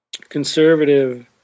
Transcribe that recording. conservative